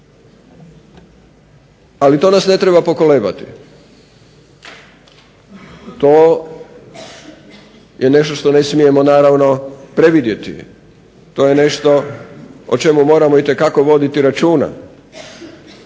Ali to nas ne treba pokolebati. To je nešto što ne smijemo naravno previdjeti, to je nešto o čemu moramo itekako voditi računa,